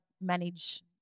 manage